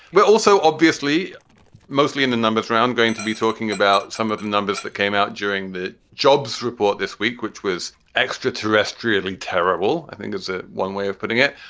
we're also obviously mostly in the numbers round, going to be talking about some of the numbers that came out during the jobs report this week, which was extra terrestrially. terrible, terrible, i think is ah one way of putting it.